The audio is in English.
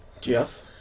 Jeff